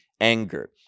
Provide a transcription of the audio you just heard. anger